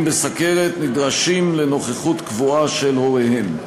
בסוכרת נדרשים לנוכחות קבועה של הוריהם.